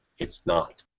it's not!